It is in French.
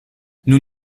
nous